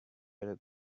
other